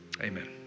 amen